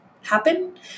happen